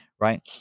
right